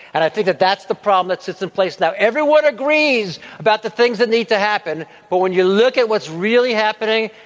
and i think that that's the problem that sits in place. now, everyone agrees about the things that need to happen. but when you look at what's really happening,